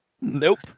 Nope